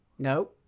No